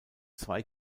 zwei